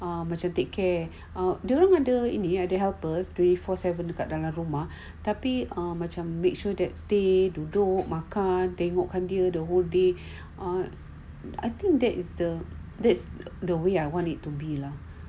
ah macam take care out dia orang ada ni eh ada helpers twenty four seven dekat dalam rumah tapi err macam make sure stay duduk makan tengokkan dia the whole time they that's that is the way I want it to be lah